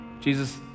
Jesus